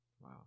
Wow